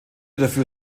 dafür